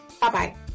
Bye-bye